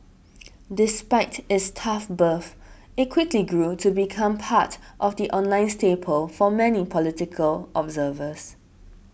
despite its tough birth it quickly grew to become part of the online staple for many political observers